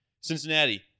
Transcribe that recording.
Cincinnati